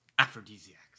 Aphrodisiacs